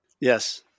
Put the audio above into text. Yes